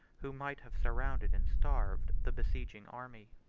who might have surrounded and starved the besieging army.